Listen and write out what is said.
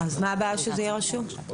אז מה הבעיה שזה יהיה רשום?